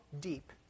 deep